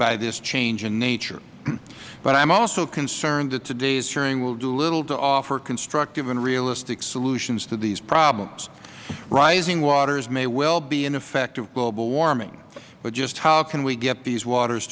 by this change in nature but i am also concerned that today's hearing will do little to offer constructive and realistic solutions to these problems rising waters may well be an effect of global warming but just how can we get these water